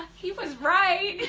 he was right!